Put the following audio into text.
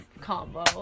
combo